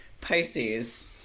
Pisces